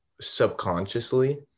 subconsciously